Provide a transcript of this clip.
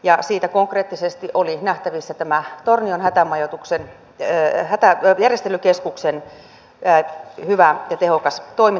ja siitä konkreettisesti oli nähtävissä tämä tornion järjestelykeskuksen hyvä ja tehokas toiminta käytännössä